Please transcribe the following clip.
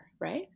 right